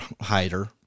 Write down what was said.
hider